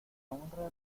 honra